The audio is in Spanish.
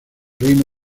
reino